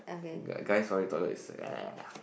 guy guys public toilet is !ee!